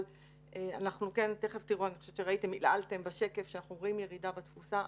אבל תיכף תראו בשקף שאנחנו רואים ירידה בתפוסה.